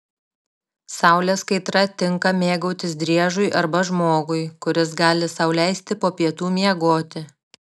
saulės kaitra tinka mėgautis driežui arba žmogui kuris gali sau leisti po pietų miegoti